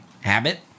habit